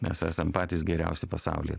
mes esam patys geriausi pasaulyje